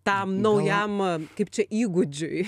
tam naujam kaip čia įgūdžiui